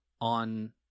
on